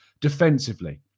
defensively